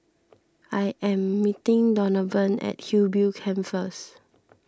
I am meeting Donavan at Hillview Camp first